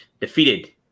defeated